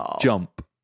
jump